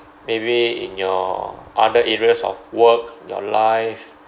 maybe in your other areas of work your life